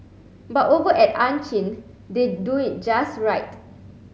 but over at Ann Chin they do it just right